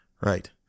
Right